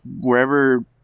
wherever